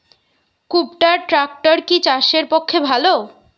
কুবটার ট্রাকটার কি চাষের পক্ষে ভালো?